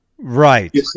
Right